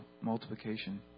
multiplication